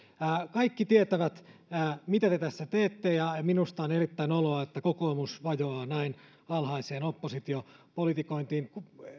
kaikki tietävät mitä te tässä teette ja minusta on erittäin noloa että kokoomus vajoaa näin alhaiseen oppositiopolitikointiin